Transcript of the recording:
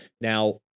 now